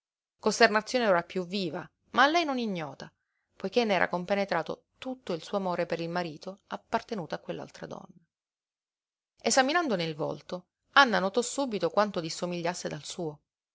costernazione ora piú viva ma a lei non ignota poiché n'era compenetrato tutto il suo amore per il marito appartenuto a quell'altra donna esaminandone il volto anna notò subito quanto dissomigliasse dal suo